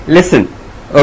Listen